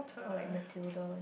or like Matilda